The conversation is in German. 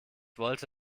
wollte